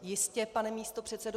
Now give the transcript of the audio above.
Jistě, pane místopředsedo.